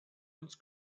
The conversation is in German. uns